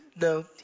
No